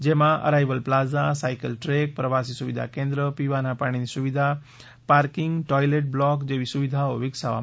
જેમાં arrival plaza cycle track પ્રવાસી સુવિધા કેન્દ્ર પીવાના પાણીની સુવિધા પાર્કિંગ ટોયલેટ બ્લોક જેવી સુવિધાઓ વિકસાવવામાં આવશે